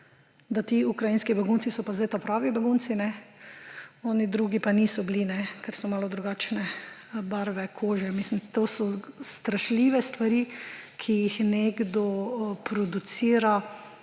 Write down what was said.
da ti ukrajinski begunci so pa zdaj ta pravi begunci, oni drugi pa niso bili, ker so malo drugačne barve kože. Mislim, to so strašljive stvari, ki jih nekdo producira,